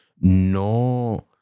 no